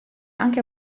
anche